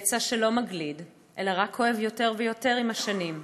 פצע שלא מגליד אלא רק כואב יותר ויותר עם השנים,